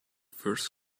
first